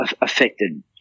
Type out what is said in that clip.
affected